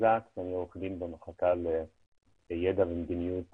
עורך דין במחלקה לידע ומדיניות